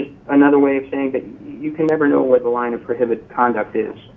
is another way of saying that you can never know what the line of prohibited conduct is